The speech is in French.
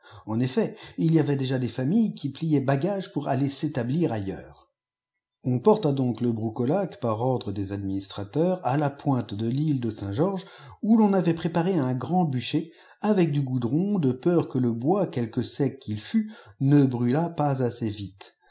en effet il y avait déjà des familles qui pliaient bagage pour aller s'établir ailleurs on poi la donc le broucolaque par ordre des administrateurs à la pointe de l'île de saint-georges où l'on avait préparé un grand bûcher avec du goudron de peur que le bois quelque sec qu il fût ne brûlât pas assez vite